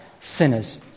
sinners